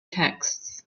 texts